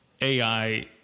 AI